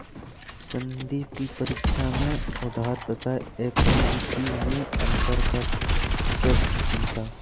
संदीप की परीक्षा में उधार तथा इक्विटी मैं अंतर का प्रश्न पूछा